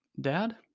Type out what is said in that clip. Dad